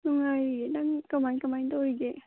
ꯅꯨꯡꯉꯥꯏꯔꯤꯌꯦ ꯅꯪ ꯀꯃꯥꯏꯅ ꯀꯃꯥꯏꯅ ꯇꯧꯔꯤꯒꯦ